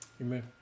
Amen